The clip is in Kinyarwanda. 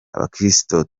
abakristo